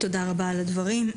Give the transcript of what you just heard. תודה רבה על הדברים.